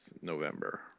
November